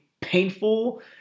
painful